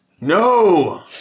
No